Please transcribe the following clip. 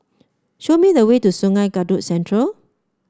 show me the way to Sungei Kadut Central